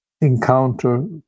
encounter